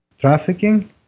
trafficking